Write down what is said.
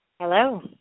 Hello